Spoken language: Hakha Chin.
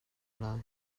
lai